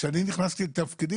כשאני נכנסתי לתפקידי